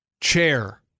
chair